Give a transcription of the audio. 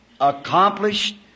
accomplished